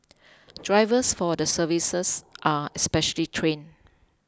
drivers for the services are specially trained